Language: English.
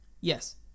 Yes